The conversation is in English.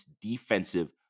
defensive